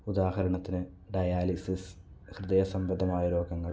ഉദാഹരണത്തിന് ഡയാലിസിസ് ഹൃദയസംബന്ധമായ രോഗങ്ങൾ